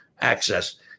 Access